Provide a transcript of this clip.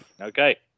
Okay